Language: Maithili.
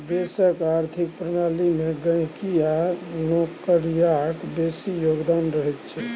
देशक आर्थिक प्रणाली मे गहिंकी आ नौकरियाक बेसी योगदान रहैत छै